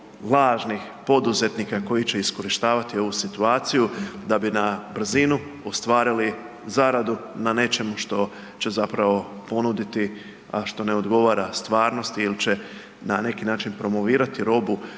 važnih poduzetnika koji će iskorištavati ovu situaciju da bi na brzinu ostvarili zaradu na nečemu što će zapravo ponuditi, a što ne odgovara stvarnosti ili će na neki način promovirati robu